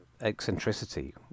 eccentricity